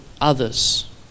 others